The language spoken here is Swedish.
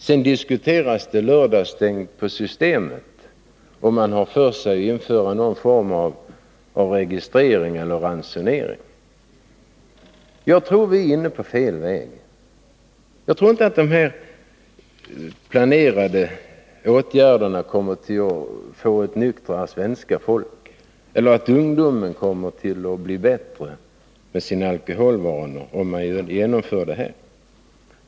Det diskuteras lördagsstängt på Systemet, och det finns de som vill införa någon form av registrering eller ransonering. Jag tror att vi är inne på fel väg. De planerade åtgärderna kommer inte att göra svenska folket nyktrare eller ge ungdomen bättre alkoholvanor.